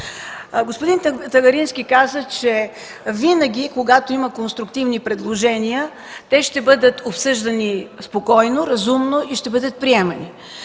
Господин Тагарински каза, че винаги, когато има конструктивни предложения, те ще бъдат обсъждани спокойно, разумно и ще бъдат приемани.